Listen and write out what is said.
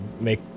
make